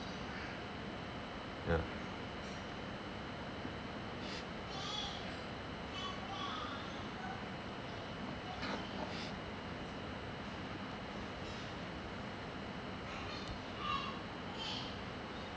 ya